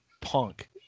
punk